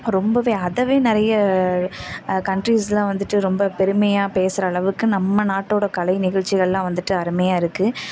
ரொம்பவே அதுவே நிறைய கண்ட்ரீஸ்சில் வந்துட்டு ரொம்ப பெருமையாக பேசுகிற அளவுக்கு நம்ம நாட்டோடய கலை நிகழ்ச்சிகளெல்லாம் வந்துட்டு அருமையாக இருக்குது